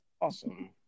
awesome